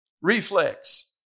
reflex